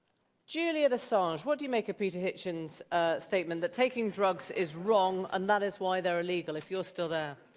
julian assange. what do you make of peter hitchen's statement that taking drugs is wrong, and that is why they're illegal, if you're still there?